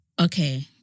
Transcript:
Okay